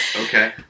Okay